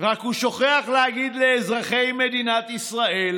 רק הוא שוכח להגיד לאזרחי מדינת ישראל